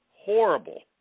horrible